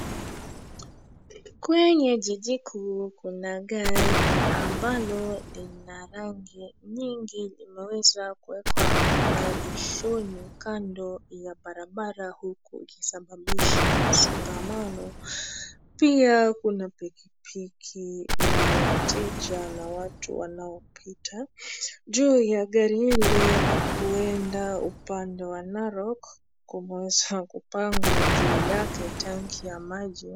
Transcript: Kwenye jiji kuu kuna gari ambalo lina rangi nyingi limeweza kuwekwa maegeshoni, kando ya barabara, huku ikisababisha msongamano. Pia kuna pikipiki na wateja na watu wanaopita. Juu ya gari hilo la kuenda upande wa Narok kumeweza kupangwa juu yake tanki ya maji.